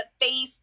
face